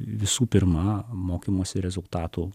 visų pirma mokymosi rezultatų